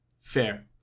Fair